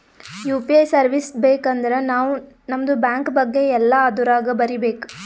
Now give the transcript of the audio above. you P I service ಬೇಕ್ ಅಂದರ್ ನಾವ್ ನಮ್ದು ಬ್ಯಾಂಕ ಬಗ್ಗೆ ಎಲ್ಲಾ ಅದುರಾಗ್ ಬರೀಬೇಕ್